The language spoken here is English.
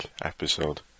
episode